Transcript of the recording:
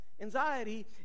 Anxiety